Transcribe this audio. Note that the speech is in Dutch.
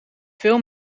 veel